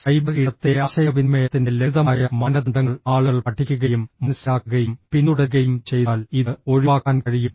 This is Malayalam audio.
സൈബർ ഇടത്തിലെ ആശയവിനിമയത്തിന്റെ ലളിതമായ മാനദണ്ഡങ്ങൾ ആളുകൾ പഠിക്കുകയും മനസ്സിലാക്കുകയും പിന്തുടരുകയും ചെയ്താൽ ഇത് ഒഴിവാക്കാൻ കഴിയും